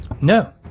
No